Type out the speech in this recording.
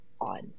on